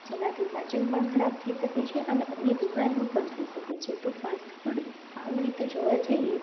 જેનાથી પાચન પણ ખરાબ થઈ શકે છે અને અન્ય બીમારીઓ પણ થઈ શકે છે તો ફાસ્ટફૂડ આમ રીતે જોવા જઈએ